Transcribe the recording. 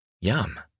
yum